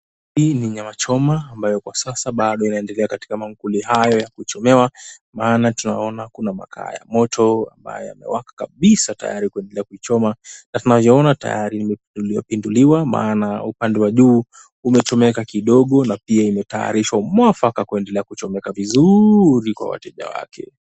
Hii ni nyama choma ambayo kwa sasa bado inaendelea katika mankuli hayo ya kuchomewa maana tunaona kuna makaa ya moto ambayo yamewaka kabisa tayari kuendelea kuichoma na tunavyoona tayari imepinduliwa pinduliwa maana upande wa juu umechomeka kidogo na pia imetayarishwa mwafaka kuendelea kuchomeka vizuri kwa wateja wake.